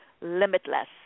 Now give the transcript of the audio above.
limitless